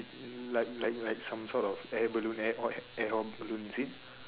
like like like some sort of air balloon air or air hot balloon is it